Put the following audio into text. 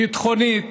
ביטחונית,